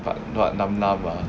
but not nam nam ah